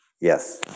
Yes